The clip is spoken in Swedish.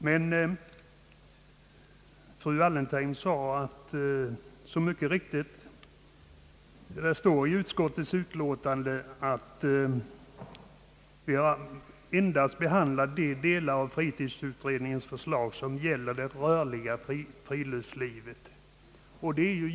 Men fru Wallentheim framhöll mycket riktigt, att vi, vilket också framgår av utskottets utlåtande, här endast har behandlat de delar av fritidsutredningens förslag som gäller det rörliga friluftslivet.